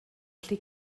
allu